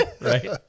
right